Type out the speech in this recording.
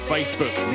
Facebook